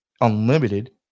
unlimited